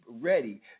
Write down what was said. ready